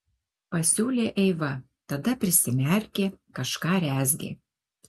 pasiūlė eiva tada prisimerkė kažką rezgė